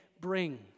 bring